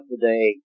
today